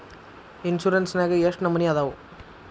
Insurance ನ್ಯಾಗ ಎಷ್ಟ್ ನಮನಿ ಅದಾವು?